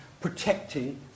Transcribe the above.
protecting